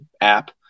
app